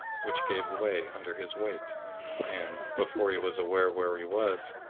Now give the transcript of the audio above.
which gave way under his weight and, before he was aware where he was,